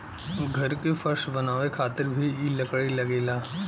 घर के फर्श बनावे खातिर भी इ लकड़ी लगेला